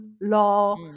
law